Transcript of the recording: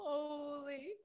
Holy